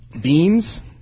beans